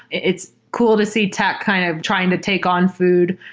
it's cool to see tech kind of trying to take on food.